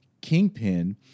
Kingpin